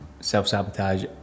self-sabotage